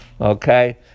okay